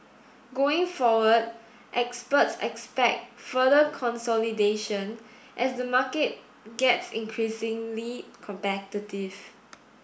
going forward experts expect further consolidation as the market gets increasingly competitive